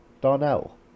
Darnell